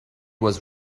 was